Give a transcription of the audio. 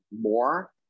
more